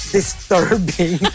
Disturbing